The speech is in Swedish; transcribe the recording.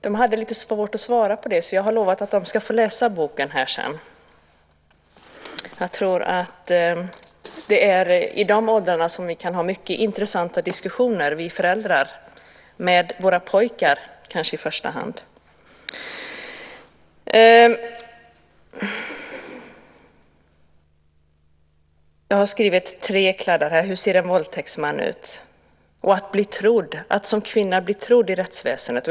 De hade lite svårt att svara på det, så jag har lovat att de ska få läsa boken här sedan. Jag tror att det är i de åldrarna som vi kan ha mycket intressanta diskussioner, vi föräldrar, med kanske i första hand våra pojkar. Mina anteckningar här handlar om hur en våldtäktsman ser ut och om att som kvinna bli trodd i rättsväsendet.